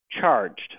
charged